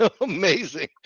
amazing